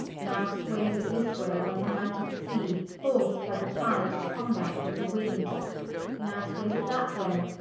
now swayes it this way, like a mighty sea, forc'd by the tide, to combat with the winde now swayes it that way,